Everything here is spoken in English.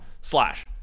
slash